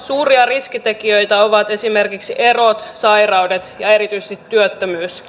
suuria riskitekijöitä ovat esimerkiksi erot sairaudet ja erityisesti työttömyys